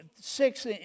six